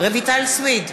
רויטל סויד,